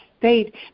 state